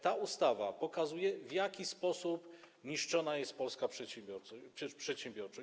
Ta ustawa pokazuje, w jaki sposób niszczona jest polska przedsiębiorczość.